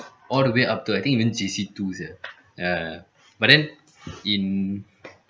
all the way up to I think at even J_C two sia ya ya ya but then in